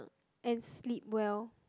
and sleep well